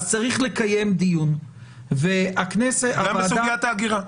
אז צריך לקיים דיון והכנסת --- גם בסוגית ההגירה.